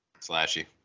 Slashy